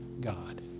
God